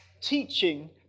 teaching